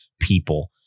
people